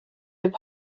võib